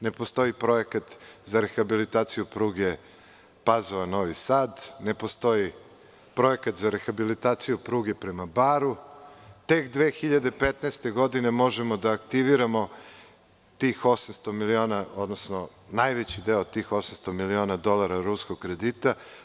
Ne postoji projekat za rehabilitaciju pruge Pazova - Novi Sad, ne postoji projekat za rehabilitaciju pruge prema Baru i tek 2015. godine možemo da aktiviramo tih 800 miliona dolara, odnosno najveći deo od tog ruskog kredita.